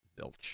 zilch